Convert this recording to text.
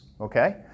Okay